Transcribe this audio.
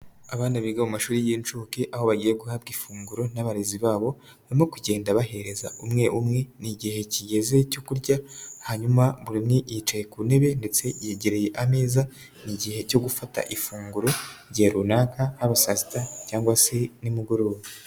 Abana biga mu mashuri y'incuke aho bagiye guhabwa ifunguro n'abarezi babo, barimo kugenda bahereza umwe umwe, ni igihe kigeze cyo kurya, hanyuma buri wese yicaye ku ntebe ndetse yegereye ameza, ni igihe cyo gufata ifunguro, igihe runaka haba saa sita cyangwa se nimugoroba.